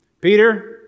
Peter